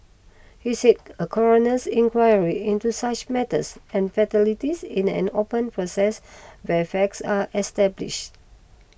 he said a coroner's inquiry into such matters and fatalities is an open process where facts are establish